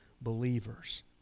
believers